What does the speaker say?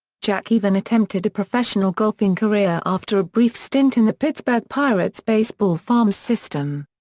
jack even attempted a professional golfing career after a brief stint in the pittsburgh pirates baseball farm system.